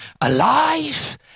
Alive